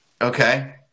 Okay